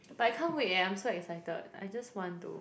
but I can't wait eh I'm so excited I just want to